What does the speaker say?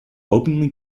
openly